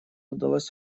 удалось